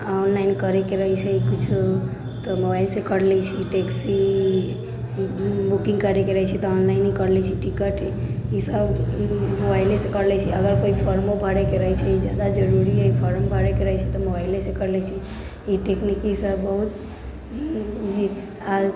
online करैके रहै छै किछो तऽ मोबाइलसँ करि लै छी टैक्सी बुकिङ्ग करैके रहै छै तऽ ऑनलाइने करि लै छी टिकट ईसब मोबाइलेसँ करि लै छी अगर कोइ फॉर्मो भरैके रहै छै ज्यादा जरूरी अइ फॉर्म भरैके रहै छै तऽ मोबाइलेसँ करि लै छी ई टेक्नीकी सब बहुत जी आओर